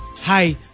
Hi